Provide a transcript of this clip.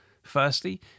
Firstly